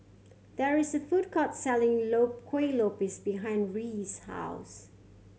there is a food court selling Kueh Lopes behind Reese's house